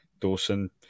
Dawson